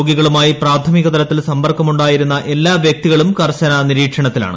രോഗികളുമായി പ്രാഥമികതലത്തിൽ സമ്പർക്കമുണ്ടായിരുന്ന എല്ലാ വൃക്തികളും കർശന നിരീക്ഷണത്തിലാണ്